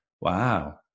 wow